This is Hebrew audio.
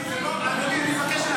אני מבקש לעלות להתנגד.